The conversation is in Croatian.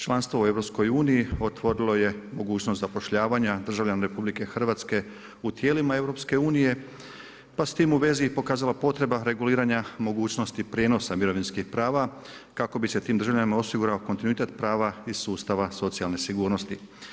Članstvo u EU otvorilo je mogućnost zapošljavanja državljana RH u tijelima EU pa s tim u vezi pokazala potreba reguliranja mogućnosti prijenosa mirovinskih prava kako bi se tim državljanima osigurao kontinuitet prava iz sustava socijalne sigurnosti.